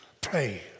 Pray